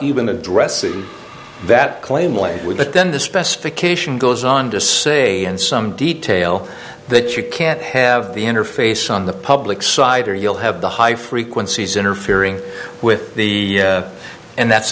even addressing that claim language but then the specification goes on to say in some detail that you can't have the interface on the public side or you'll have the high frequencies interfering with the and that's